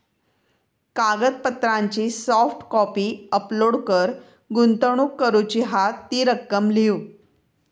कागदपत्रांची soft copy upload कर, गुंतवणूक करूची हा ती रक्कम लिव्ह